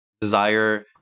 desire